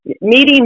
Meeting